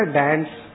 dance